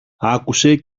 άκουσε